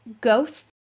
ghosts